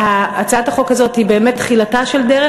שהצעת החוק הזאת היא באמת תחילתה של דרך,